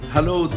Hello